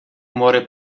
muore